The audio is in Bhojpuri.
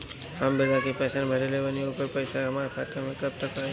हम विर्धा पैंसैन भरले बानी ओकर पईसा हमार खाता मे कब तक आई?